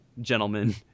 gentlemen